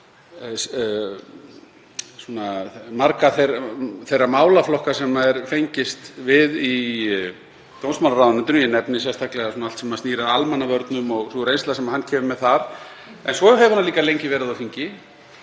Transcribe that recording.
þá málaflokka sem er fengist við í dómsmálaráðuneytinu. Ég nefni sérstaklega allt sem snýr að almannavörnum og sú reynsla sem hann kemur með þar. En svo hefur hann líka lengi verið á þingi